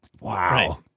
Wow